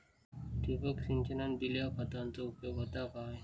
ठिबक सिंचनान दिल्या खतांचो उपयोग होता काय?